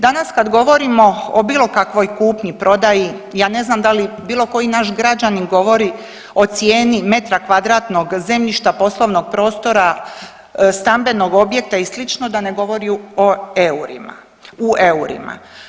Danas kad govorimo o bilo kakvoj kupnji prodaji, ja ne znam da li bilo koji naš građanin govori o cijeni metra kvadratnog zemljišta poslovnog prostora, stambenog objekta i sl. da ne govori u eurima.